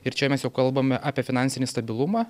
ir čia mes jau kalbame apie finansinį stabilumą